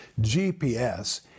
GPS